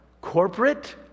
corporate